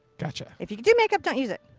gotcha. if you could do make-up, don't use it.